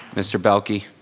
mr. belky.